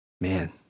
man